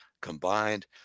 combined